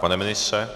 Pane ministře?